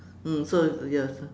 mm so ya so